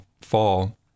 fall